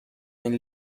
این